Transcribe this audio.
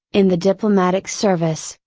in the diplomatic service,